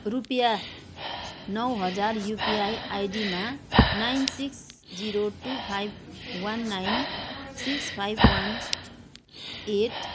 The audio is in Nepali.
रुपियाँ नौ हजार युपिआई आइडीमा nine six zero two five one nine six five one at